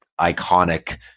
iconic